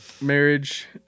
Marriage